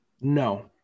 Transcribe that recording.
No